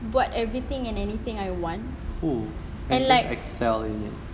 buat everything and anything I want and like